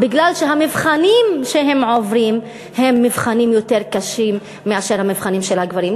כי המבחנים שהן עוברות הם מבחנים יותר קשים מהמבחנים של הגברים.